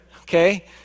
okay